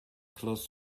close